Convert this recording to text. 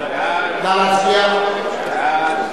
סעיף 1